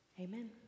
Amen